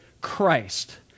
Christ